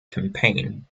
campaign